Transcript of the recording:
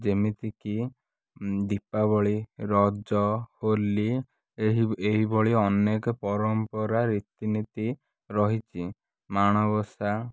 ଯେମିତିକି ଦୀପାବଳି ରଜ ହୋଲି ଏହି ଏହିଭଳି ଅନେକ ପରମ୍ପରା ରୀତିନୀତି ରହିଛି ମାଣବସା